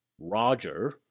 roger